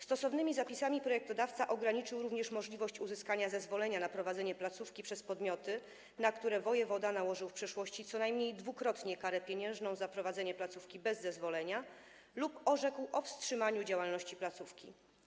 Stosownymi zapisami projektodawca ograniczył również możliwość uzyskania zezwolenia na prowadzenie placówki przez podmioty, na które wojewoda nałożył w przeszłości co najmniej dwukrotnie karę pieniężną za prowadzenie placówki bez zezwolenia lub orzekł o wstrzymaniu działalności placówki.